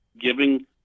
giving